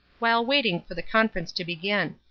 while waiting for the conference to begin.